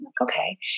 okay